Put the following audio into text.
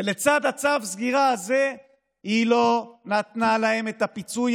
ולצד צו הסגירה הזה היא לא נתנה להם את הפיצוי